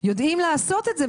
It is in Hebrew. יודעים לעשות את זה,